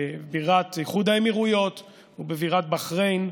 בבירת איחוד האמירויות ובבירת בחריין,